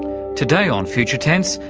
today on future tense,